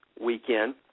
weekend